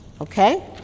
Okay